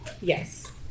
Yes